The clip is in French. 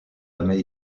jamais